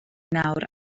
nawr